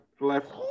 left